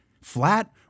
flat